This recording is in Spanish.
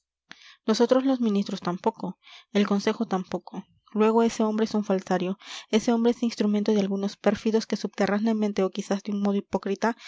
nosotros los ministros tampoco el consejo tampoco luego ese hombre es un falsario ese hombre es instrumento de algunos pérfidos que subterráneamente o quizás de un modo hipócrita